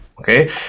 Okay